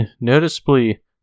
noticeably